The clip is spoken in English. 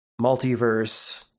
multiverse